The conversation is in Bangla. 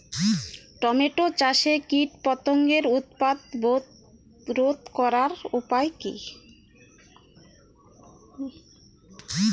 টমেটো চাষে কীটপতঙ্গের উৎপাত রোধ করার উপায় কী?